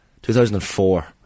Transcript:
2004